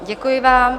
Děkuji vám.